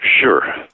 Sure